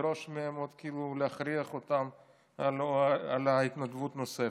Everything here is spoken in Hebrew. להכריח אותם להתנדבות נוספת.